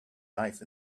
life